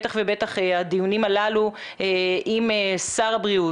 בטח ובטח הדיונים הללו עם שר הבריאות